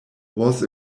was